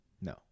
No